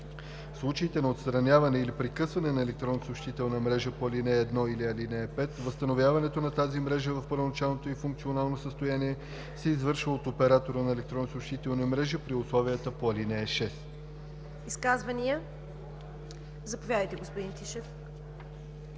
В случаите на отстраняване или прекъсване на електронна съобщителна мрежа по ал. 1 или 5 възстановяването на тази мрежа в първоначалното й функционално състояние се извършва от оператора на електронната съобщителна мрежа при условията по ал. 6.“ ПРЕДСЕДАТЕЛ ЦВЕТА КАРАЯНЧЕВА: Изказвания? Заповядайте, господин Тишев.